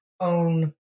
own